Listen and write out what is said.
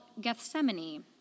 Gethsemane